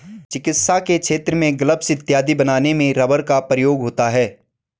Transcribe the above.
चिकित्सा के क्षेत्र में ग्लब्स इत्यादि बनाने में रबर का प्रयोग होता है